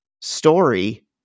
story